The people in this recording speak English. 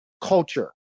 culture